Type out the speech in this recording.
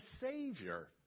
Savior